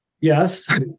Yes